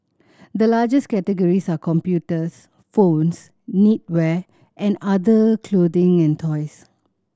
the largest categories are computers phones knitwear and other clothing and toys